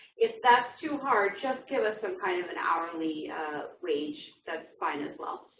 if that's too hard, just give us some kind of an hourly wage. that's fine as well.